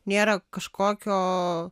nėra kažkokio